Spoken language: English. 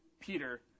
peter